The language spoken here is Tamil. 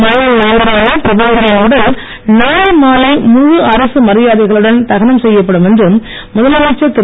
மண்ணின் மைந்தரான பிரபஞ்சனின் உடல் நாளை மாலை முழு அரசு மரியாதைகளுடன் தகனம் செய்யப்படும் என்று முதலமைச்சர் திரு